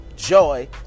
Joy